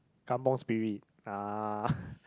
kampung Spirit ah